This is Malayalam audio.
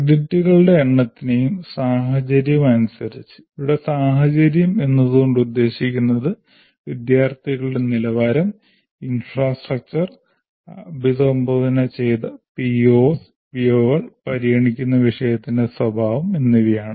ക്രെഡിറ്റുകളുടെ എണ്ണത്തിനെയും സാഹചര്യവും അനുസരിച്ച് ഇവിടെ സാഹചര്യം എന്നതുകൊണ്ട് ഉദ്ദേശിക്കുന്നത് വിദ്യാർത്ഥികളുടെ നിലവാരം ഇൻഫ്രാസ്ട്രക്ചർ അഭിസംബോധന ചെയ്ത പിഒകൾ പരിഗണിക്കുന്ന വിഷയത്തിന്റെ സ്വഭാവം എന്നിവയാണ്